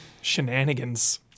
Shenanigans